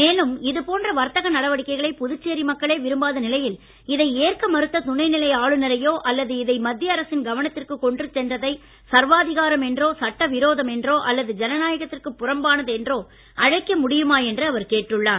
மேலும் இதுபோன்ற வர்த்தக நடவடிக்கைகளை புதுச்சேரி மக்களே விரும்பாத நிலையில் இதை ஏற்க மறுத்த துணைநிலை ஆளுநரையோ அல்லது இதை மத்திய அரசின் கவனத்திற்கு கொண்டு சென்றதை சர்வாதரிகாரம் என்றோ சட்டவிரோதம் என்றோ அல்லது ஜனநாயகத்திற்கு புறம்பானது என்றோ அழைக்க முடியுமா என்று அவர் கேட்டுள்ளார்